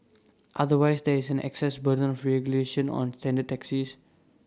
otherwise there is an access burden of regulation on standard taxis